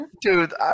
dude